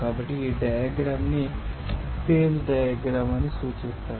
కాబట్టి ఈ డయాగ్రమ్ న్ని ఫేజ్ డయాగ్రమ్ గా సూచిస్తారు